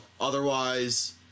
otherwise